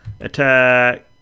attack